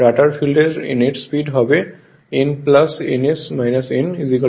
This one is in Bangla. রটার ফিল্ডের নেট স্পিড হবে n ns n n s